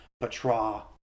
Patra